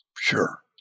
Sure